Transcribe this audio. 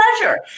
pleasure